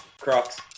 Crocs